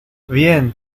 bien